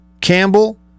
Campbell